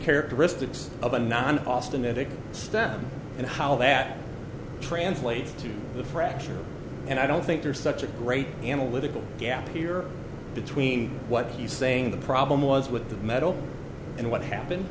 characteristics of a nine austin at a step and how that translates to the fracture and i don't think there's such a great analytical gap here between what he's saying the problem was with the metal and what happened